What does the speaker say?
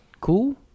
cool